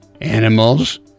animals